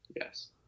Yes